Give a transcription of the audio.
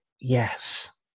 yes